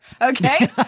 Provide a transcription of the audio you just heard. Okay